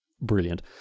brilliant